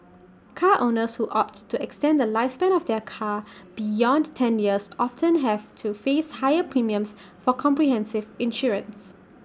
car owners who opt to extend the lifespan of their car beyond ten years often have to face higher premiums for comprehensive insurance